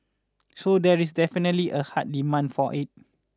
so there is definitely a hard demand for it